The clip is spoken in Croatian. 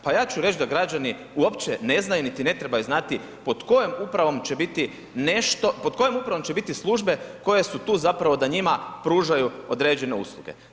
Pa ja ću reć da građani uopće ne znaju, niti ne trebaju znati pod kojom upravom će biti nešto, pod kojom upravom će biti službe koje su tu zapravo da njima pružaju određene usluge.